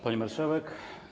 Pani Marszałek!